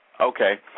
okay